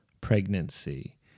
pregnancy